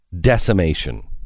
decimation